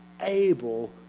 able